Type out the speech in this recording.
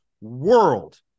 world